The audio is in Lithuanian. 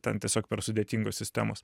ten tiesiog per sudėtingos sistemos